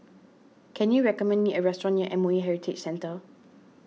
can you recommend me a restaurant near M O E Heritage Centre